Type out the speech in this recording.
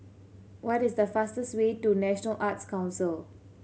what is the fastest way to National Arts Council